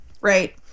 right